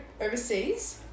overseas